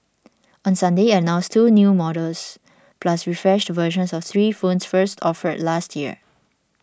on Sunday it announced two new models plus refreshed versions of three phones first offered last year